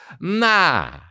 Nah